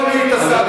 לא אני התעסקתי.